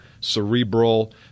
cerebral